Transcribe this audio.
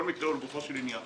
כל מקרה הוא לגופו של עניין